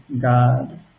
God